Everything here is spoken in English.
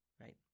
Right